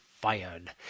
fired